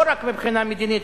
לא רק מבחינה מדינית,